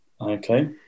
Okay